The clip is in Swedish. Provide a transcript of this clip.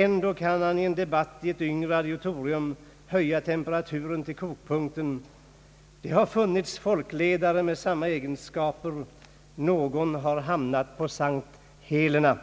Ändå kan han i en debatt i ett yngre auditorium höja temperaturen till kokpunkten. Det har funnits folkledare med samma egenskaper. Någon har hamnat på S:t Helena.»